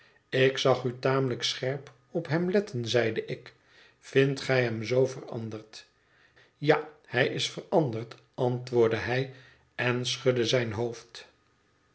ik zag u tamelijk scherp op hem letten zeide ik vindt gij hem zoo veranderd ja hij is veranderd antwoordde hij en schudde zijn hoofd